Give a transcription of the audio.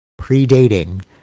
predating